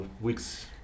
week's